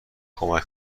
کمک